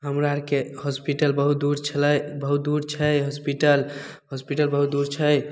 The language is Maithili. हमरा आरके होस्पिटल बहुत दूर छलै बहुत दूर छै हस्पिटल होस्पिटल बहुत दूर छै